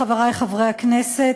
חברי חברי הכנסת,